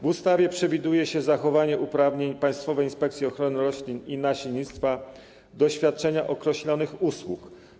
W ustawie przewiduje się zachowanie uprawnień Państwowej Inspekcji Ochrony Roślin i Nasiennictwa do świadczenia określonych usług.